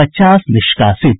पचास निष्कासित